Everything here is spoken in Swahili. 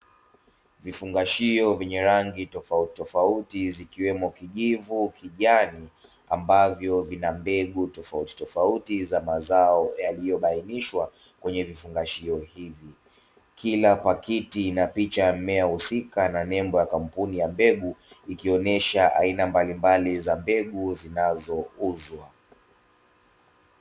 Vifungashio vyenye rangi tofauti tofauti zikiwemo kijivu, kijani ambavyo vina mbegu za mazao yaliyobainishwa kwenye vifungashio hivi. Kila pakti ina picha ya mmea husika na nembo ya kampuni ya mbegu ikionesha aina mbalimbali za mbegu zinazouzwa.